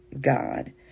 God